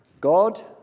God